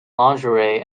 lingerie